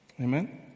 Amen